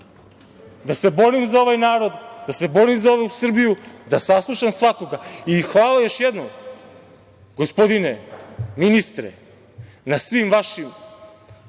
da se borim za ovaj narod, da se borim za ovu Srbiju, da saslušam svakoga. Hvala još jednom, gospodine ministre na svim vašim